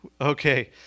Okay